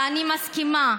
ואני מסכימה,